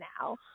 now